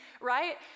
right